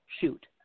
shoot